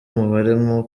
umubare